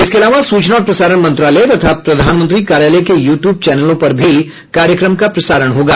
इसके अलावा सूचना और प्रसारण मंत्रालय तथा प्रधानमंत्री कार्यालय के यू ट्यूब चैनलों पर भी कार्यक्रम का प्रसारण होगा